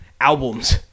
albums